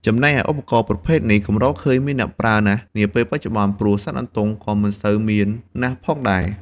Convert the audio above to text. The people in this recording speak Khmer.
ចំណែកឯ ឧបករណ៍ប្រភេទនេះ កម្រឃើញមានអ្នកប្រើណាស់នាពេលបច្ចុប្បន្ន ព្រោះសត្វអន្ទង់ក៏មិនសូវមានណាស់ណាផងដែរ។